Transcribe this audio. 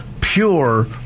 pure